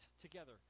together